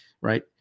right